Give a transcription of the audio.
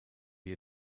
your